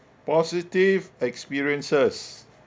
positive experiences